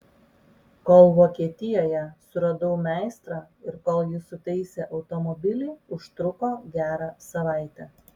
kol vokietijoje suradau meistrą ir kol jis sutaisė automobilį užtruko gerą savaitę